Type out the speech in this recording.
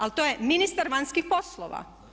Ali to je ministar vanjskih poslova.